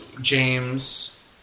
James